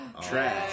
trash